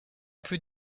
peut